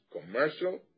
commercial